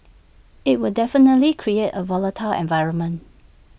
IT would definitely create A volatile environment